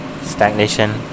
stagnation